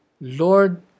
Lord